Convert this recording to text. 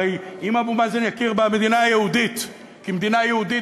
הרי אם אבו מאזן יכיר במדינה היהודית כמדינה יהודית,